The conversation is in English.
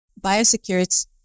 biosecurity